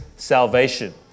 salvation